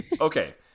Okay